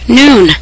noon